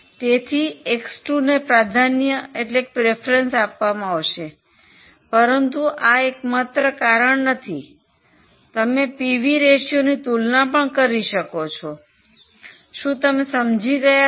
તેથી એક્સ 2 ને પ્રાધાન્ય આપવામાં આવશે પરંતુ આ એકમાત્ર કારણ નથી તમે પીવી રેશિયોની તુલના પણ કરી શકો છો શું તમે સમજી ગયા છો